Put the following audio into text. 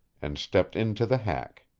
and stepped into the hack.